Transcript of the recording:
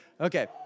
Okay